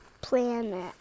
planet